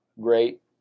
great